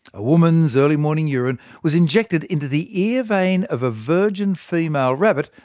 a woman's early morning urine was injected into the ear vein of a virgin female rabbit,